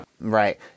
Right